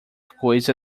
coisa